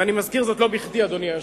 ואני מזכיר זאת לא בכדי, אדוני היושב-ראש.